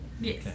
Yes